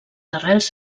arrels